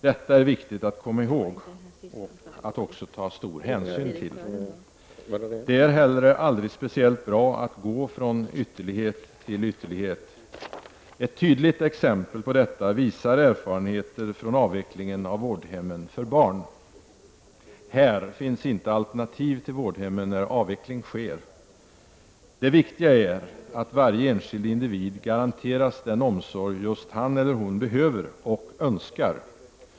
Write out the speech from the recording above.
Detta är viktigt att komma ihåg och också ta stor hänsyn till. Det är heller aldrig speciellt bra att gå från ytterlighet till ytterlighet. Ett tydligt exempel på detta visar erfarenheter från avvecklingen av vårdhemmen för barn. När avveckling sker finns här inga alternativ till vårdhemmen. 9” Det viktiga är att varje enskild individ garanteras den omsorg som just han eller hon behöver och önskar.